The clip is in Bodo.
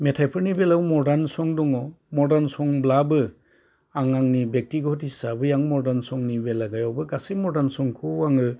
मेथाइफोरनि बेलायाव मडार्न सं दङ मडार्न संब्लाबो आङो आंनि बेक्तिगत' हिसाबै आं मडार्न संनि बेलायावबो गासै मडार्न संखौ आङो